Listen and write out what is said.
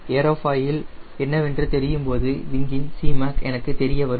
aerofoil என்னவென்று தெரியும்போது விங்கின் Cmac எனக்கு தெரிய வரும்